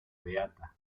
beata